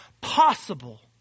possible